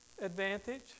advantage